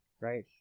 right